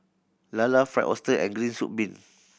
lala Fried Oyster and green soup bean